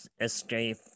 escape